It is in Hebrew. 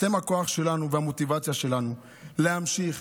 אתם הכוח שלנו והמוטיבציה שלנו להמשיך